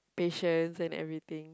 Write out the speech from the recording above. patience and everything